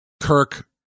Kirk